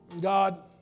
God